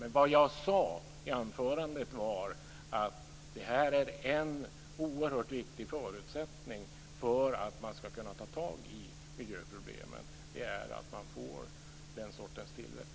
Men vad jag sade i anförandet var att en oerhört viktig förutsättning för att man ska kunna ta tag i miljöproblemen är att man får den sortens tillväxt.